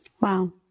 Wow